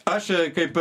aš kaip